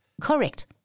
Correct